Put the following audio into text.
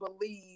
believe